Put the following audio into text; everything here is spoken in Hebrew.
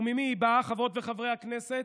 וממי היא באה, חברות וחברי הכנסת?